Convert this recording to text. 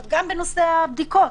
גם בנושא הבדיקות,